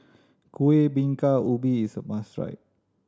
Kuih Bingka Ubi is a must try